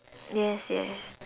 yes yes